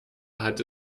hat